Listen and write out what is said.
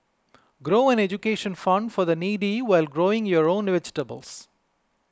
grow an education fund for the needy while growing your own vegetables